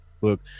Look